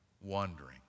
wandering